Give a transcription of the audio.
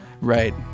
Right